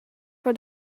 for